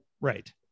right